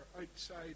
outside